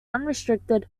unrestricted